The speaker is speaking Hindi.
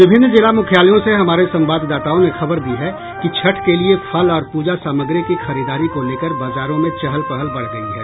विभिन्न जिला मुख्यालयों से हमारे संवाददाताओं ने खबर दी है कि छठ के लिए फल और पूजा सामग्री की खरीदारी को लेकर बाजारों में चहल पहल बढ़ गयी है